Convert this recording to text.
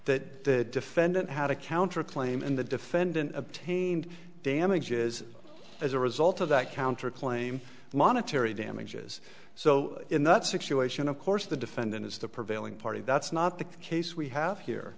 that defendant had a counter claim in the defendant obtained damages as a result of that counterclaim monetary damages so in that situation of course the defendant is the prevailing party that's not the case we have here